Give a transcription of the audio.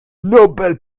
nobel